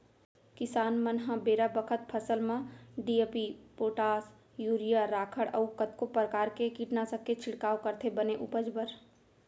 किसान मन ह बेरा बखत फसल म डी.ए.पी, पोटास, यूरिया, राखड़ अउ कतको परकार के कीटनासक के छिड़काव करथे बने उपज बर